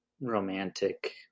romantic